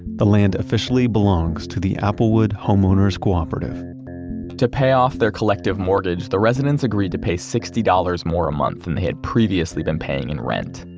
the land officially belongs to the applewood homeowners cooperative to pay off their collective mortgage, the residents agreed to pay sixty dollars more a month than they had previously been paying in rent.